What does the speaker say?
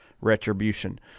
retribution